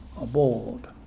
aboard